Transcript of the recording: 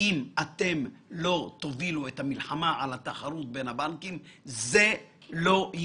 אני חושב שכלי אפקטיבי בשבילכם להוביל מהלכי תחרות זה משהו שמחויב